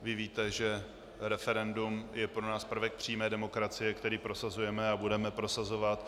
Vy víte, že referendum je pro nás prvek přímé demokracie, který prosazujeme a budeme prosazovat.